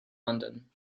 london